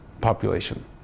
population